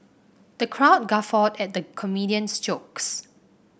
the crowd guffawed at the comedian's jokes